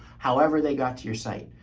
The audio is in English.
however they got to your site.